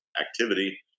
activity